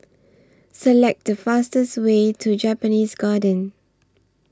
Select The fastest Way to Japanese Garden